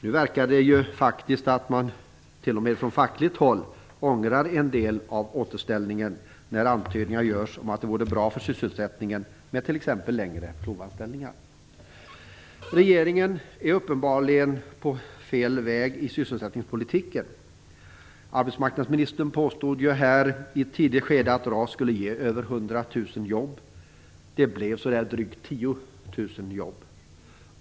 Nu verkar det faktiskt som om man t.o.m. från fackligt håll ångrar en del av återställningen när antydningar görs om att det vore bra för sysselsättningen med längre provanställningar. Regeringen är uppenbarligen på fel väg i sysselsättningspolitiken. Arbetsmarknadsministern påstod i ett tidigt skede att RAS skulle ge över 100 000 jobb. Det blev drygt 10 000 jobb.